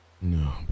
No